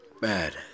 bad